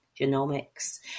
genomics